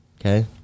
Okay